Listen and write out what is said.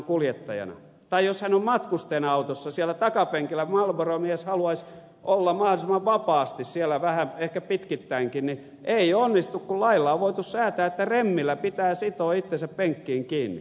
tai jos marlboro mies on matkustajana autossa siellä takapenkillä ja hän haluaisi olla mahdollisimman vapaasti siellä vähän ehkä pitkittäinkin niin ei onnistu kun lailla on voitu säätää että remmillä pitää sitoa itsensä penkkiin kiinni